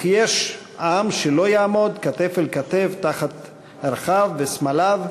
וכי יש עם שלא יעמוד כתף אל כתף תחת ערכיו וסמליו?